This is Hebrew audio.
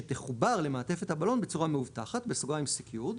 שתחובר למעטפת הבלון בצורה מאובטחת (secured),